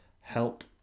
help